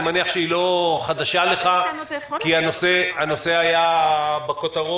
אני מניח שהיא לא חדשה לך, כי הנושא היה בכותרות.